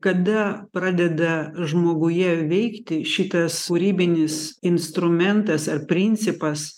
kada pradeda žmoguje veikti šitas kūrybinis instrumentas ar principas